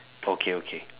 okay okay